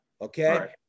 Okay